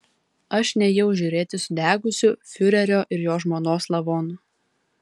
aš nėjau žiūrėti sudegusių fiurerio ir jo žmonos lavonų